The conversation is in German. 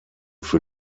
für